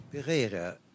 Pereira